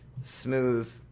smooth